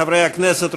חברי הכנסת,